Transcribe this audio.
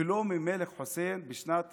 ולא ממלך חוסיין בשנת 1995-1994,